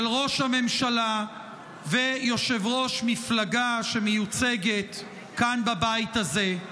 ראש הממשלה ויושב-ראש מפלגה שמיוצגת כאן בבית הזה.